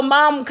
Mom